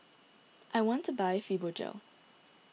I want to buy Fibogel